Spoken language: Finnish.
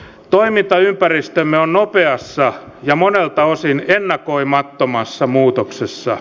toimintaympäristömme on nopeassa ja monelta osin ennakoimattomassa muutoksessa